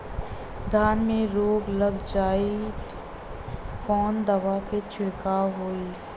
धान में रोग लग जाईत कवन दवा क छिड़काव होई?